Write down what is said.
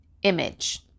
image